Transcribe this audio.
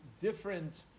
different